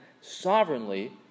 sovereignly